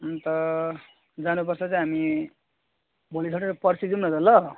अन्त जानुपर्छ चाहिँ हामी भोलि छोडेर पर्सि जाऊँ न त ल